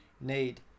need